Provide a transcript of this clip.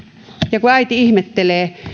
ja kun äiti ihmettelee